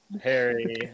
harry